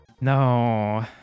no